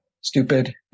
stupid